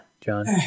John